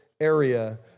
area